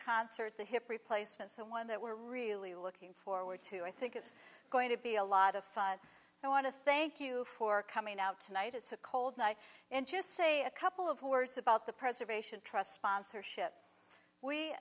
concert the hip replacements the one that we're really looking forward to i think it's going to be a lot of fun and i want to thank you for coming out tonight it's a cold night and just say a couple of words about the preservation trust sponsorship we